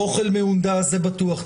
לחזור ולבצע את הבחינה.